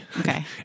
Okay